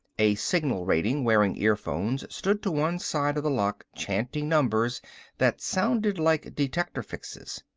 a signal rating wearing earphones stood to one side of the lock chanting numbers that sounded like detector fixes.